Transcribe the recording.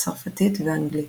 צרפתית ואנגלית.